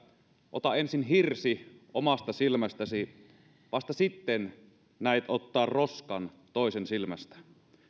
ota ensin hirsi omasta silmästäsi vasta sitten näet ottaa roskan toisen silmästä